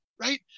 Right